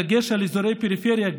בדגש על אזורי פריפריה,